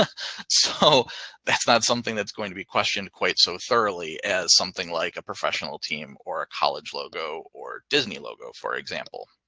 yeah so that's not something that's going to be questioned quite so thoroughly as something like a professional team or a college logo or disney logo, for example.